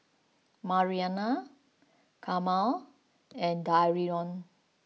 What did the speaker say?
Marianna Carma and Darion